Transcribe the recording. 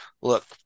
look